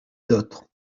d’autres